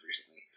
recently